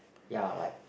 ya like